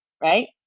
Right